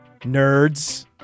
Nerds